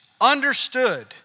understood